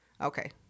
Okay